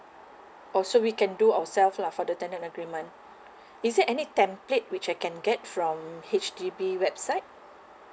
oh so we can do our self lah for the tenant agreement is there any template which I can get from H_D_B website